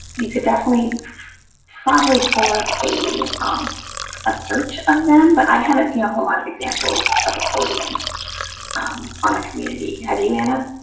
you could definitely probably pull up a um a search of them. but i haven't seen a whole lot of examples of accordions on the community. have you, anna?